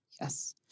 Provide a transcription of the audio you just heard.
Yes